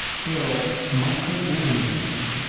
care of microorganisms.